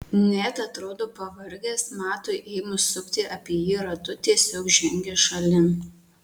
net atrodo pavargęs matui ėmus sukti apie jį ratu tiesiog žengia šalin